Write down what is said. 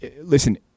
Listen